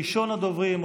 ראשון הדוברים,